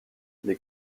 les